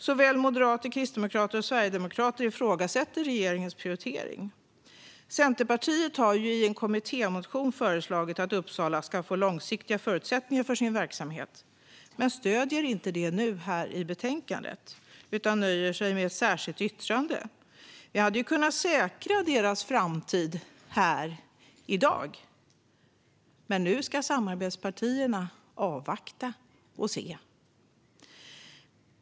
Såväl moderater och kristdemokrater som sverigedemokrater ifrågasätter regeringens prioritering. Centerpartiet har i en kommittémotion föreslagit att Uppsala ska få långsiktiga förutsättningar för sin verksamhet men stöder inte det nu, här i betänkandet, utan nöjer sig med ett särskilt yttrande. Vi hade kunnat säkra verksamhetens framtid här i dag, men nu ska samarbetspartierna avvakta och se.